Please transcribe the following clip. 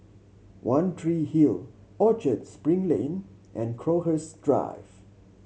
One Tree Hill Orchard Spring Lane and Crowhurst Drive